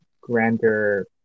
grander